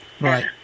Right